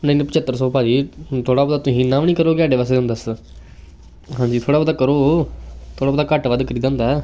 ਨਹੀਂ ਨਹੀਂ ਪੰਝੱਤਰ ਸੌ ਭਾਅ ਜੀ ਥੋੜ੍ਹਾ ਬਹੁਤਾ ਤੁਸੀਂ ਇੰਨਾ ਵੀ ਨਹੀਂ ਕਰੋਂਗੇ ਸਾਡੇ ਵਾਸਤੇ ਹੁਣ ਦੱਸ ਹਾਂਜੀ ਥੋੜ੍ਹਾ ਬਹੁਤਾ ਕਰੋ ਥੋੜ੍ਹਾ ਘੱਟ ਵੱਧ ਕਰੀਦਾ ਹੁੰਦਾ